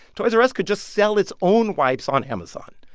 toys r us could just sell its own wipes on amazon.